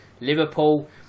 Liverpool